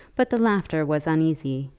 but the laughter was uneasy,